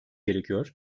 gerekiyor